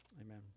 Amen